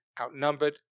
outnumbered